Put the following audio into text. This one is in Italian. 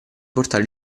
portare